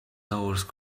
horse